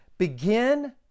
begin